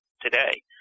today